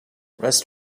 rest